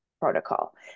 protocol